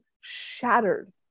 shattered